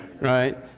right